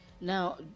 Now